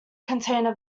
container